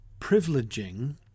privileging